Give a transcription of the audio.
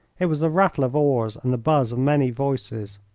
it was the rattle of oars and the buzz of many voices.